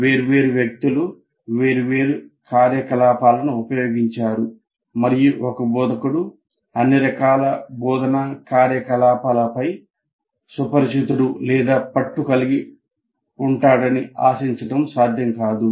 వేర్వేరు వ్యక్తులు వేర్వేరు కార్యకలాపాలను ఉపయోగించారు మరియు ఒక బోధకుడు అన్ని రకాల బోధనా కార్యకలాపాలపై సుపరిచితుడు లేదా పట్టు కలిగి ఉంటాడని ఆశించడం సాధ్యం కాదు